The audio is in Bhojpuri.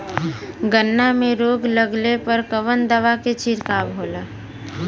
गन्ना में रोग लगले पर कवन दवा के छिड़काव होला?